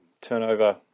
turnover